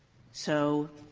so,